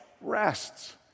rests